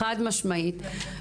חד-משמעית.